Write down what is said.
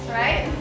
right